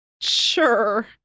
sure